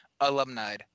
alumni